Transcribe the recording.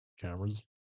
cameras